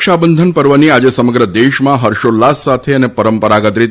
રક્ષાબંધન પર્વની આજે સમગ્ર દેશમાં હર્ષોલ્લાસ સાથે અને પરંપરાગત રીતે